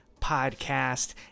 Podcast